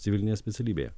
civilinėje specialybėje